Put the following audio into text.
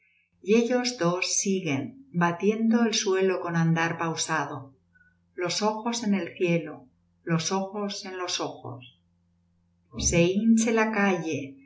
y ellos dos siguen batiendo el suelo con andar pausado los ojos en el cielo los ojos en los ojos se hinche la calle